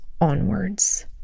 onwards